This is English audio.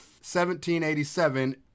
1787